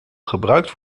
gebruikt